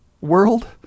World